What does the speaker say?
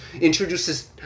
introduces